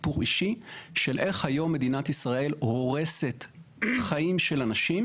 של איך היום מדינת ישראל הורסת חיים של אנשים